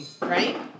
Right